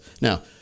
Now